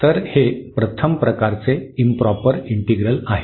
तर हे प्रथम प्रकारचे इंप्रॉपर इंटिग्रल आहे